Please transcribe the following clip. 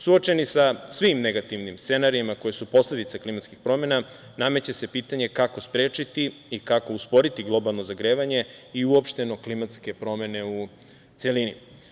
Suočeni sa svim negativnim scenarijima koji su posledica klimatskih promena, nameće se pitanje kako sprečiti i kako usporiti globalno zagrevanje i uopšteno klimatske promene u celini.